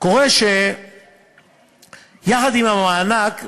קורה שיחד עם המענק,